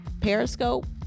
Periscope